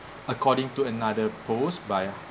according to another post by